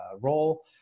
role